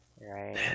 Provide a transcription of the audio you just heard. Right